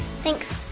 thanks.